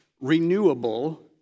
Renewable